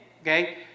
okay